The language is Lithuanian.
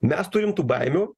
mes turim tų baimių